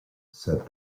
said